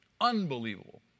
Unbelievable